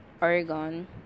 Oregon